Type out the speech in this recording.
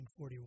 1941